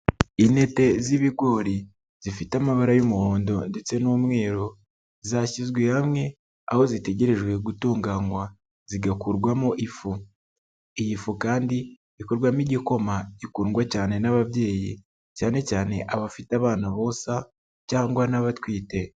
Intete z'ibigori zifite amabara y'umuhondo ndetse n'umweru, zashyizwe hamwe aho zitegerejwe gutunganywa zigakurwamo ifu, iyi fu kandi ikorwamo igikoma gikundwa cyane n'ababyeyi, cyane cyane abafite abana bonsa cyangwa n'abatwite.